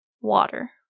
Water